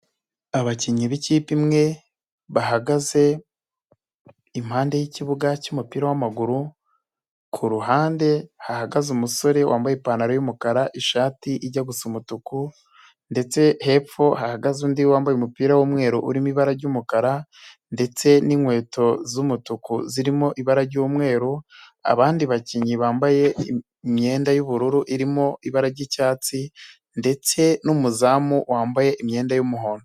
Abakinnyi b'ikipe imwe, bahagaze impande yikibuga cy'umupira w'amaguru, ku ruhande hahagaze umusore wambaye ipantaro y'umukara, ishati ijya gusa umutuku, ndetse hepfo hahagaze undi wambaye umupira w'umweru, urimo ibara ry'umukara, ndetse n'inkweto z'umutuku zirimo ibara ry'umweru, abandi bakinnyi bambaye imyenda y'ubururu irimo ibara ry'icyatsi, ndetse n'umuzamu wambaye imyenda y'umuhondo.